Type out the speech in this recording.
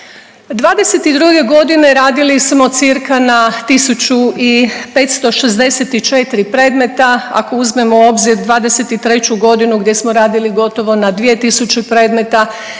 '22.g. radili smo cca na 1564 predmeta ako uzmemo u obzir '23.g. gdje smo radili gotovo na 2000 predmeta